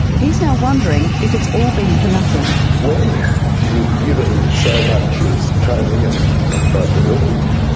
he's now wondering if it's all been for nothing. when you've given so much as tony, and i tried to help him,